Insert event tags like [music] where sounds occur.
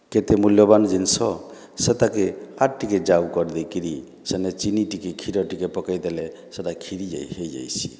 କେତେ ମୂଲ୍ୟବାନ୍ ଜିନିଷ ସେ ତାକେ ଆର୍ ଟିକେ ଯାଉ କରିଦେଇକିରି ସେନେ ଚିନି ଟିକେ ଖିର ଟିକେ ପକେଇଦେଲେ ସେଇଟା ଖିରି [unintelligible] ହେଇ ଯାଇସି